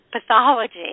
pathology